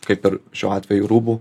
kaip ir šiuo atveju rūbų